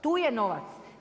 Tu je novac.